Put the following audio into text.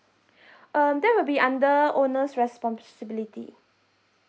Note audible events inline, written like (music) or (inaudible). (breath) um that will be under owner's responsibility